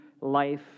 life